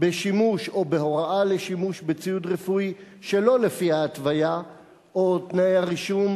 בשימוש או בהוראה לשימוש בציוד רפואי שלא לפי ההתוויה או תנאי הרישום,